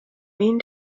mean